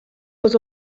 was